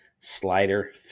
Slider